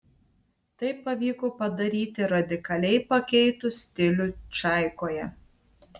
tai pavyko padaryti radikaliai pakeitus stilių čaikoje